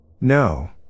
No